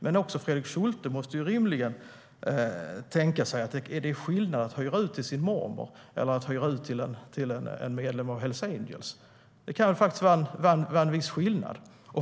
Men också Fredrik Schulte måste ju rimligen fråga sig om det är skillnad på att hyra ut till sin mormor eller att hyra ut till en medlem av Hells Angels. Det kan faktiskt vara en viss skillnad.